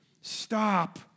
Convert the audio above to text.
Stop